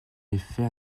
effet